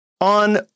On